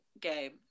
game